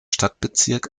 stadtbezirk